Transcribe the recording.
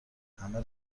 همه